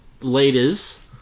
leaders